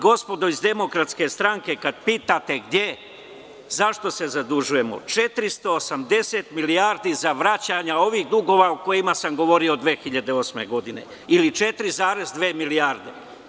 Gospodo iz DS, kada pitate zašto se zadužujemo, 480 milijardi za vraćanje ovih dugova o kojima sam govorio 2008. godine ili 4,2 milijarde.